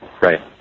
Right